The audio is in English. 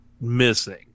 missing